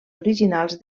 originals